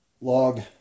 log